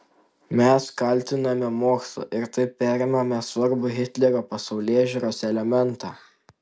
mes kaltiname mokslą ir taip perimame svarbų hitlerio pasaulėžiūros elementą